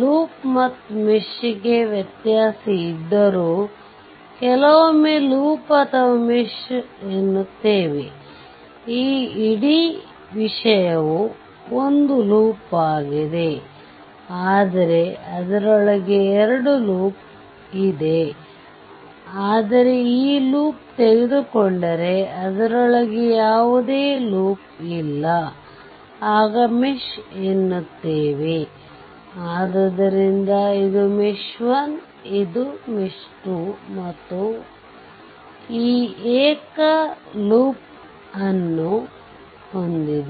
loop ಮತ್ತು mesh ಗೆ ವ್ಯತ್ಯಾಸ ಇದ್ದರೂ ಕೆಲವೊಮ್ಮೆ ಲೂಪ್ ಅಥವಾ ಮೆಶ್ ಎನ್ನುತ್ತೇವೆ ಈ ಇಡೀ ವಿಷಯವು ಒಂದು ಲೂಪ್ ಆಗಿದೆ ಆದರೆ ಅದರೊಳಗೆ 2 ಲೂಪ್ ಆಗಿದೆ ಆದರೆ ಈ ಲೂಪ್ ತೆಗೆದುಕೊಂಡರೆ ಅದರೊಳಗೆ ಯಾವುದೇ ಲೂಪ್ ಇಲ್ಲ ಆಗ ಮೆಶ್ ಎನ್ನುತ್ತೇವೆ ಆದ್ದರಿಂದ ಇದು ಮೆಶ್ 1 ಇದು ಮೆಶ್ 2 ಮತ್ತು ಈ ಏಕ ಲೂಪ್ ಅನ್ನು ಹೊಂದಿದೆ